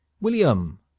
William